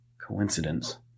Coincidence